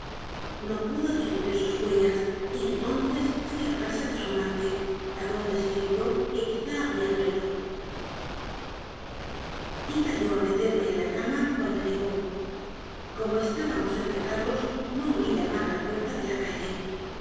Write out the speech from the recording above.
no pudo descubrir sus huellas y enton ces fué a casa de su amante adonde se figuró que quizá habría vuelto iba yo a meterme en la cama cuando llegó como estábamos encerrados no oí llamar a la puerta de la calle